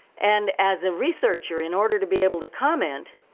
and as a researcher, in order to be able to comment